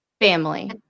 Family